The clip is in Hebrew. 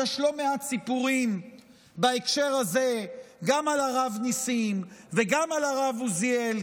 יש לא מעט סיפורים בהקשר הזה גם על הרב נסים וגם על הרב עוזיאל,